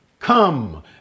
Come